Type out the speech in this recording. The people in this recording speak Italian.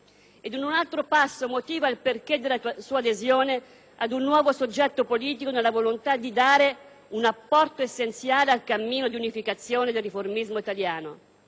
Ed in un altro passo motiva il perché della sua adesione ad un nuovo progetto politico nella volontà di dare «un apporto essenziale al cammino di unificazione del riformismo italiano».